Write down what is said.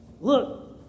look